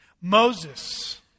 Moses